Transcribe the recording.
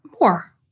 more